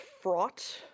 fraught